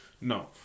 No